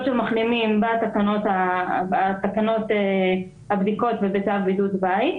של מחלימים בתקנות הבדיקות ובצו בידוד בית,